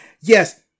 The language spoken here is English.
Yes